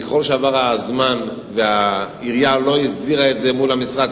וככל שעבר הזמן והעירייה לא הסדירה את זה עם משרד החינוך,